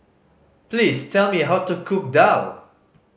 please tell me how to cook daal